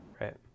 Right